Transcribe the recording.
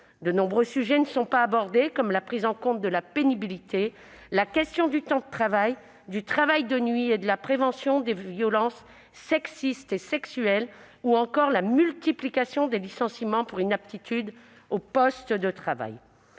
De nombreux sujets ne sont pas abordés, tels que la prise en compte de la pénibilité, la question du temps de travail, du travail de nuit et de la prévention des violences sexistes et sexuelles, ou encore la multiplication des licenciements pour inaptitude au poste de travail.